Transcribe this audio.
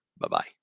Bye-bye